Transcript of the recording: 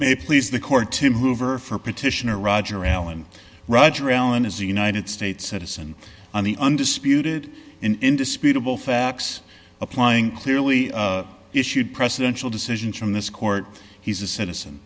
may please the court to move or for petitioner roger allen roger allen as the united states citizen on the undisputed indisputable facts applying clearly issued presidential decisions from this court he's a citizen